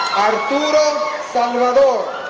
arturo salvador,